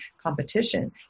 competition